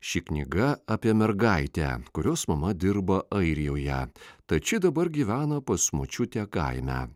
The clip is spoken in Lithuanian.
ši knyga apie mergaitę kurios mama dirba airijoje tad ši dabar gyvena pas močiutę kaime